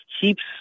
keeps